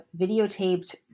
videotaped